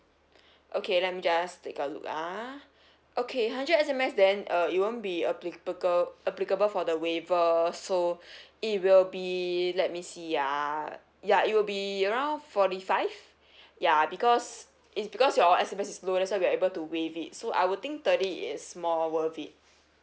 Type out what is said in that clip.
okay let me just take a look ah okay hundred S_M_S then uh it won't be applica~ applicable for the waiver so it will be let me see ah ya it will be around forty five ya because it's because your S_M_S is low that's why we're able to waive it so I would think thirty is more worth it